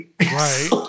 Right